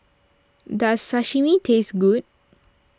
does Sashimi taste good